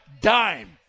dime